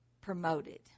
promoted